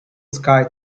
sky